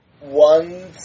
One